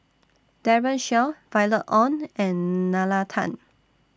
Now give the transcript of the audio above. Daren Shiau Violet Oon and Nalla Tan